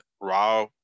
Raw